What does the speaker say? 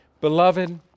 Beloved